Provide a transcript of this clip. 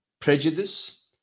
prejudice